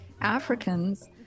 Africans